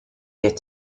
yet